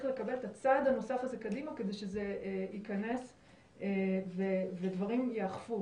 לקבל את הצעד הנוסף הזה קדימה כדי שזה יכנס ודברים יאכפו.